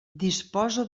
disposa